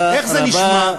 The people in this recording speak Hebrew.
איך זה נשמע?